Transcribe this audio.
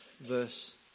verse